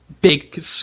big